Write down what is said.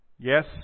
Yes